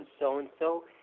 so-and-so